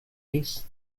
piece